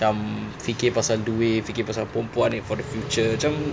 cam fikir pasal duit fikir pasal perempuan for the future macam